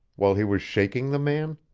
while he was shaking the man?